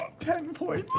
ten points?